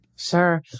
Sure